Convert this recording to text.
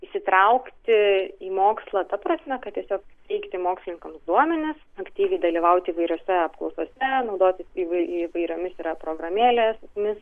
įsitraukti į mokslą ta prasme kad tiesiog teikti mokslininkams duomenis aktyviai dalyvauti įvairiose apklausose naudotis įvai įvairiomis programėlėmis